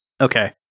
Okay